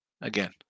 again